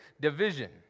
division